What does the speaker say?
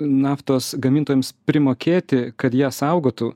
naftos gamintojams primokėti kad ją saugotų